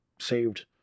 saved